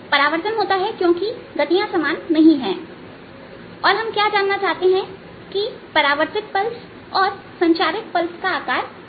परावर्तन होता है क्योंकि गतियां समान नहीं है और हम क्या जानना चाहते हैं कि परावर्तित पल्स और संचारित पल्स का आकार क्या होगा